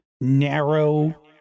narrow